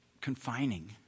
confining